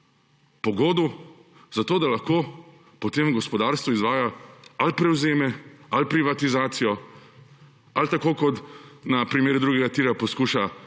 po godu, da lahko potem gospodarstvo izvaja ali prevzeme ali privatizacijo ali tako kot na primeru drugega tira poskuša